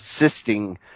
assisting